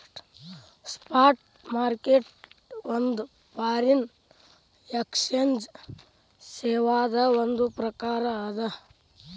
spot market ಒಂದ್ foreign exchange ಸೇವಾದ್ ಒಂದ್ ಪ್ರಕಾರ ಅದ